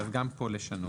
גם כאן נשנה.